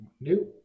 new